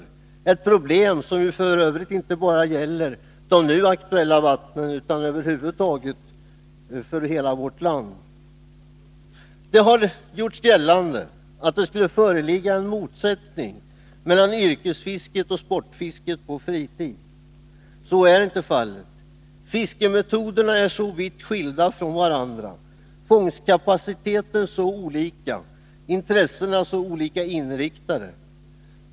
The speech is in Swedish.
Det är ett problem som f. ö. inte bara gäller de nu aktulla vattnen utan över huvud taget i hela vårt land. Det har gjorts gällande att det skulle föreligga en motsättning mellan yrkesfisket och sportfisket på fritid. Så är inte fallet. Fiskemetoderna är vitt skilda från varandra, och de har helt olika fångstkapacitet och inriktning.